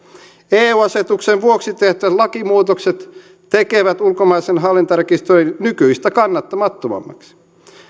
eu asetuksen vuoksi tehtävät lakimuutokset tekevät ulkomaisen hallintarekisteröinnin nykyistä kannattamattomammaksi